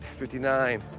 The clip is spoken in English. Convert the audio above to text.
fifty nine,